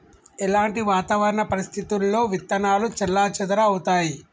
ఎలాంటి వాతావరణ పరిస్థితుల్లో విత్తనాలు చెల్లాచెదరవుతయీ?